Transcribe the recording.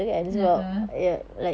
a'ah